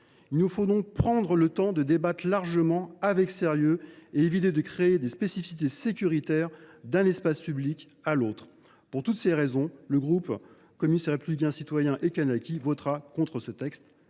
Il nous faut donc prendre le temps de débattre largement et avec sérieux et éviter de créer des spécificités sécuritaires d’un espace public à l’autre. Pour toutes ces raisons, le groupe CRCE K votera contre ce texte.